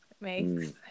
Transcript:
makes